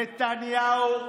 נתניהו,